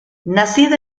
nacido